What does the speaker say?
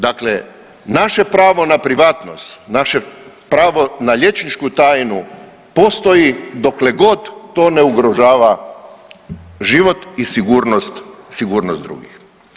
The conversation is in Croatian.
Dakle, naše pravo na privatnost, naše pravo na liječničku tajnu postoji dokle god to ne ugrožava život i sigurnost, sigurnost drugih.